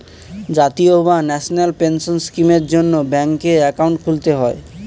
জাতীয় বা national pension স্কিমের জন্যে ব্যাঙ্কে অ্যাকাউন্ট খুলতে হয়